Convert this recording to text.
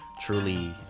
truly